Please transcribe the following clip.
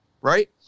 right